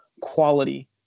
quality